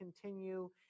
continue